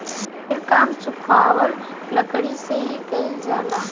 ढेर काम सुखावल लकड़ी से ही कईल जाला